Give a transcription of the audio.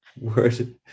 word